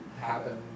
happen